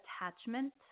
attachment